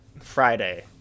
Friday